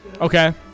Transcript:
Okay